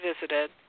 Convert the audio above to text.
visited